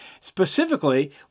Specifically